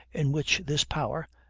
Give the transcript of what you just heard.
in which this power,